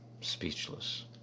speechless